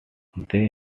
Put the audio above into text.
they